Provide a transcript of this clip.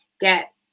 get –